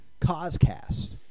Coscast